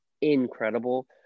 incredible